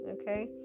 okay